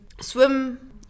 swim